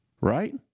right